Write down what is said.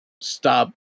stop